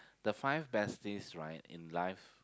the five besties right in life